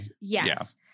Yes